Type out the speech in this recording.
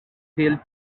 field